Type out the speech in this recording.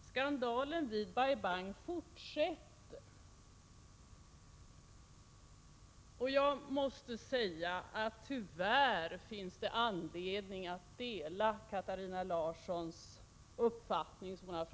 Skandalen vid Bai Bang fortsätter. Tyvärr finns anledning att dela Katarina Larssons uppfattning som hon